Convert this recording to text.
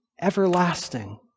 everlasting